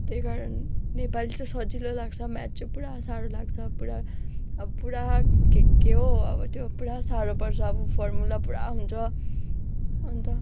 त्यही कारण नेपाली चाहिँ सजिलो लाग्छ म्याथ चाहिँ पुरा साह्रो लाग्छ पुरा अब पुरा के के हो हो अब त्यो पुरा साह्रो पर्छ अब फर्मुला पुरा हुन्छ अन्त